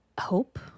hope